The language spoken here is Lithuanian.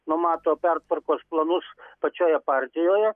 numato pertvarkos planus pačioje partijoje